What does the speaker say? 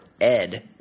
Ed